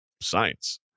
science